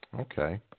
Okay